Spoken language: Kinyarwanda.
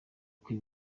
kw’i